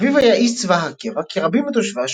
אביו היה איש צבא הקבע, כרבים מתושבי השכונה.